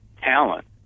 talent